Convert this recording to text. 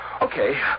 Okay